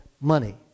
money